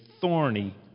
thorny